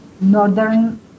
northern